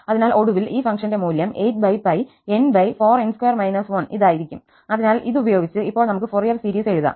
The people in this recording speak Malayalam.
അതിനാൽ ഒടുവിൽ ഈ ഫംഗ്ഷന്റെ മൂല്യം 8n4n2 1 ഇതായിരിക്കും അതിനാൽ ഇത് ഉപയോഗിച്ച് ഇപ്പോൾ നമുക്ക് ഫോറിയർ സീരീസ് എഴുതാം